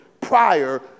prior